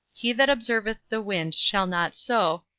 he that observeth the wind shall not sow,